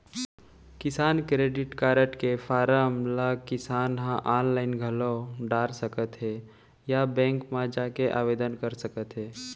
किसान credit card के form ल किसान ह आनलाइन घलौ डार सकत हें या बेंक म जाके आवेदन कर सकत हे